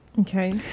Okay